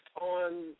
on